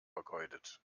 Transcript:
vergeudet